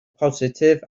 positif